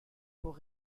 pour